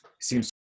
seems